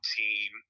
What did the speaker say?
team